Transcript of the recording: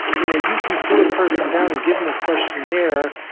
you know you can sit a person down and give them a questionnaire,